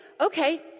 okay